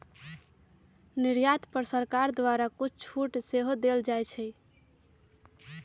निर्यात पर सरकार द्वारा कुछ छूट सेहो देल जाइ छै